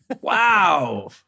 Wow